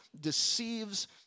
deceives